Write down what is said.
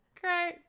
Great